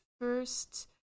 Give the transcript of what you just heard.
first